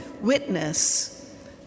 witness